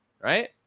right